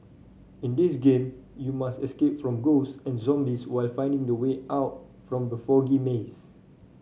in this game you must escape from ghost and zombies while finding the way out from the foggy maze